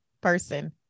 person